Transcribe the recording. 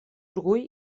orgull